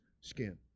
skin